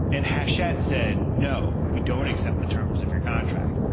and hachette said, no, we don't accept the terms of your contract.